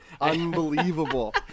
unbelievable